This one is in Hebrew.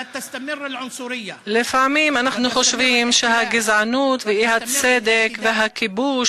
לפעמים אנחנו חושבים שהגזענות והאי-צדק והכיבוש